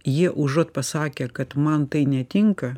jie užuot pasakę kad man tai netinka